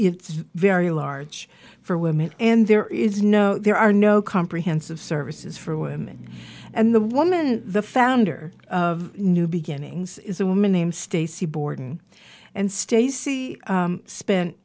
its very large for women and there is no there are no comprehensive services for women and the woman in the founder of new beginnings is a woman named stacey borden and stacey spent